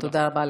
תודה רבה.